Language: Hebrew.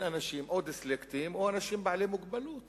אנשים או דיסלקטים או אנשים בעלי מוגבלות